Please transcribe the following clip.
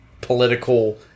political